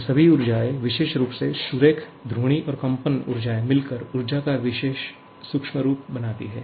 ये सभी ऊर्जाएं विशेष रूप से सुरेख घूर्णी और कंपन ऊर्जाएं मिलकर ऊर्जा का सूक्ष्म रूप बनाती हैं